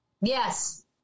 Yes